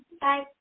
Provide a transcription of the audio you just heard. Bye